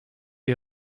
est